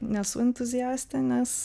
nesu entuziastė nes